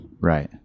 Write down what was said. Right